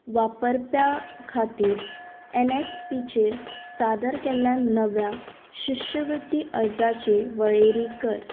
वापरप्या खातीर एनएसपीचेर सादर केल्ल्या नव्या शिश्यवृत्ती अर्जाची वळेरी कर